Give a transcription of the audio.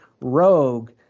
rogue